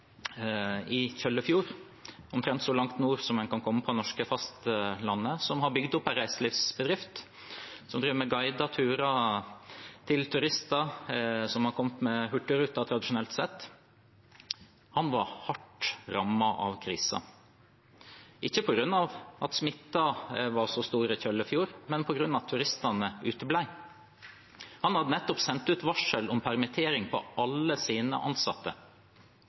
i Kjøllefjord – omtrent så langt nord som en kan komme på det norske fastlandet – som har bygd opp en reiselivsbedrift som driver med guidede turer for turister som har kommet med Hurtigruten, tradisjonelt sett. Han var hardt rammet av krisen, ikke på grunn av at smitten var så stor i Kjøllefjord, men fordi turistene uteble. Han hadde nettopp sendt ut varsel om permittering til alle sine ansatte.